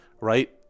right